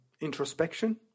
introspection